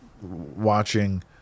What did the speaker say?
watching